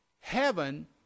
Heaven